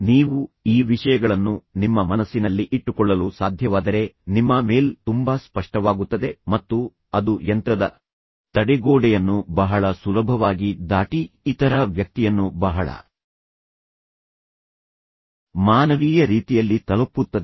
ನೀವು ಈ ವಿಷಯಗಳನ್ನು ನಿಮ್ಮ ಮನಸ್ಸಿನಲ್ಲಿ ಇಟ್ಟುಕೊಳ್ಳಲು ಸಾಧ್ಯವಾದರೆ ನಿಮ್ಮ ಮೇಲ್ ತುಂಬಾ ಸ್ಪಷ್ಟವಾಗುತ್ತದೆ ಮತ್ತು ಅದು ಯಂತ್ರದ ತಡೆಗೋಡೆಯನ್ನು ಬಹಳ ಸುಲಭವಾಗಿ ದಾಟಿ ಇತರ ವ್ಯಕ್ತಿಯನ್ನು ಬಹಳ ಮಾನವೀಯ ರೀತಿಯಲ್ಲಿ ತಲುಪುತ್ತದೆ